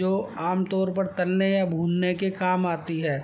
جو عام طور پر تلنے یا بھوننے کے کام آتی ہے